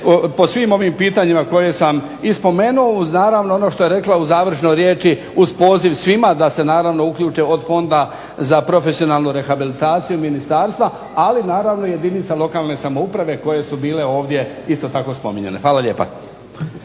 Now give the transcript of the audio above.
po svim ovim pitanjima koje sam i spomenuo uz naravno ono što je rekla u završnoj riječi uz poziv svima da se naravno uključe od Fonda za profesionalnu rehabilitaciju ministarstva, ali naravno i jedinice lokalne samouprave koje su bile ovdje isto tako spominjane. Hvala lijepa.